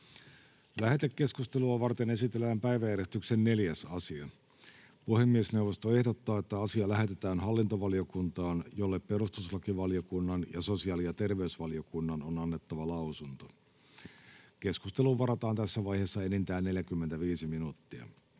Lähetekeskustelua varten esitellään päiväjärjestyksen 5. asia. Puhemiesneuvosto ehdottaa, että asia lähetetään hallintovaliokuntaan, jolle perustuslakivaliokunnan on annettava lausunto. Keskusteluun varataan tässä vaiheessa 30 minuuttia.